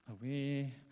away